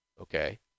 okay